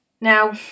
Now